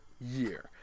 year